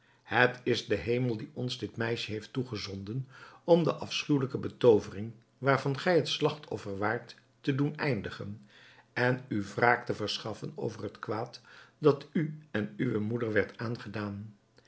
het is de hemel die ons dit meisje heeft toegezonden om de afschuwelijke betoovering waarvan gij het slagtoffer waart te doen eindigen en u wraak te verschaffen over het kwaad dat u en uwe moeder werd aangedaan